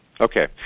Okay